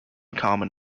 common